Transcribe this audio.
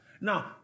Now